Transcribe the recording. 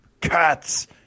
Cats